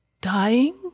dying